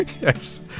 Yes